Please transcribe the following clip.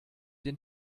den